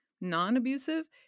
non-abusive